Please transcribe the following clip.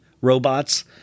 robots